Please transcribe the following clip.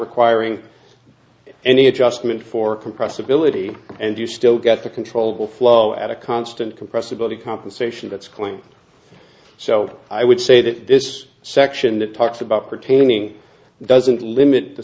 requiring any adjustment for compressibility and you still get the controllable flow at a constant compressibility compensation that's claimed so i would say that this section that talks about pertaining doesn't limit the